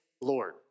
Lord